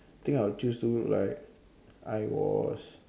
think I'll choose to look like I was